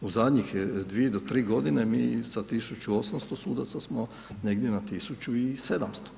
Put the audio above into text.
U zadnjih 2 do 3 godine mi sa 1800 sudaca smo negdje na 1700.